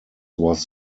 was